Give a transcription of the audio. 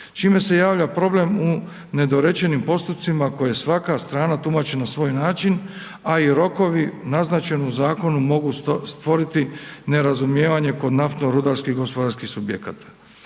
čime se javlja problem u nedorečenim postocima koje svaka strana tumači na svoj način, a i rokovi naznačeni u zakonu mogu stvoriti nerazumijevanje kod naftno rudarskih gospodarskih subjekata.